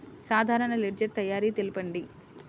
సాధారణ లెడ్జెర్ తయారి తెలుపండి?